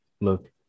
look